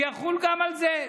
שיחול גם על זה,